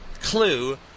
clue